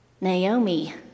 Naomi